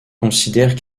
considèrent